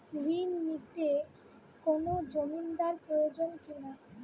ঋণ নিতে কোনো জমিন্দার প্রয়োজন কি না?